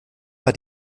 war